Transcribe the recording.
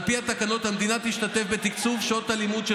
על פי התקנות המדינה תשתתף בתקצוב שעות הלימוד של